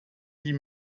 huit